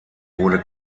wurde